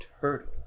turtle